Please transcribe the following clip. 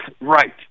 right